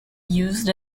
used